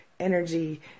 energy